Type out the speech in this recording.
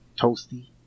Toasty